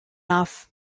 off